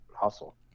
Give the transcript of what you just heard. hustle